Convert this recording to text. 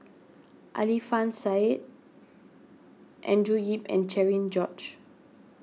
Alfian Sa'At Andrew Yip and Cherian George